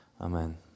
amen